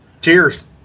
Cheers